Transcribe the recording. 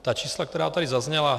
Ta čísla, která tady zazněla...